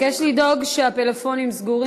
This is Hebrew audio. אבקש לדאוג שהפלאפונים סגורים.